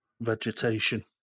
vegetation